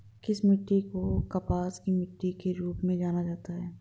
किस मिट्टी को कपास की मिट्टी के रूप में जाना जाता है?